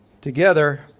together